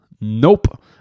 nope